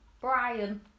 Brian